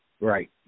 right